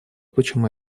почему